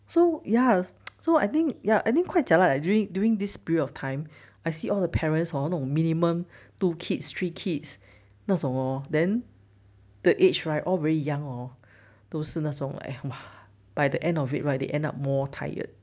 so ya so I think ya and then quite jialat dur~ during this period of time I see all the parents hor 那种 minimum two kids three kids 那种 hor then the age right all very young hor 都是那种 them by the end of it right they end up more tired